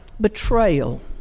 betrayal